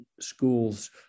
schools